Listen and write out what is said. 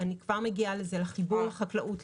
אני כבר מגיעה לחיבור לחקלאות.